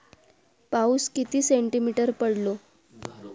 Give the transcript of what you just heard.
पाऊस किती सेंटीमीटर पडलो?